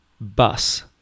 bus